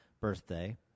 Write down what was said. birthday